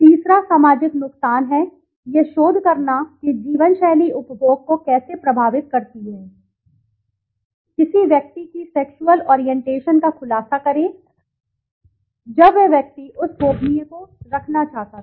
तीसरा सामाजिक नुकसान है यह शोध करना कि जीवन शैली उपभोग को कैसे प्रभावित करती है किसी व्यक्ति की सेक्सुअल ओरिएंटेशन का खुलासा करें जब वह व्यक्ति उस गोपनीय को रखना चाहता था